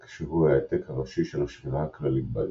שהוא ההעתק הראשי של השבירה הכללית באזור.